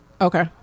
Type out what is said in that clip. okay